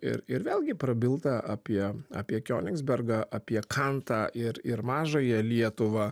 ir ir vėlgi prabilta apie apie kionigsbergą apie kantą ir ir mažąją lietuvą